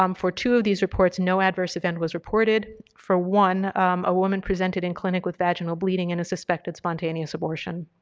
um for two of these reports no adverse event was reported, for one a woman presented in clinic with vaginal bleeding and a suspected spontaneous abortion.